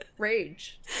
rage